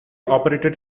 operated